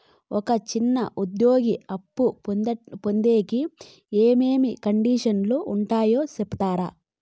ఒక చిన్న ఉద్యోగి అప్పు పొందేకి ఏమేమి కండిషన్లు ఉంటాయో సెప్తారా?